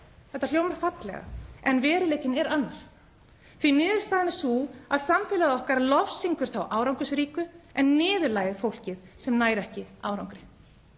þetta hljómar fallega en veruleikinn er annar. Niðurstaðan er sú að samfélagið okkar lofsyngur þá sem skila árangri en niðurlægir fólkið sem nær ekki árangri.